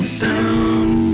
sound